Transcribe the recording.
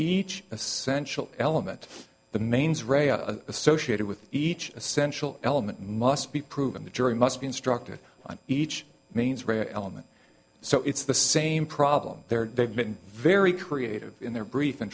each essential element of the mains re a associated with each essential element must be proven the jury must be instructed on each means rare element so it's the same problem there they've been very creative in their brief